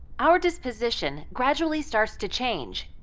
our disposition gradually starts to change,